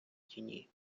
тіні